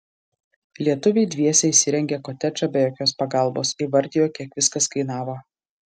lietuviai dviese įsirengė kotedžą be jokios pagalbos įvardijo kiek viskas kainavo